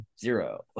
Zero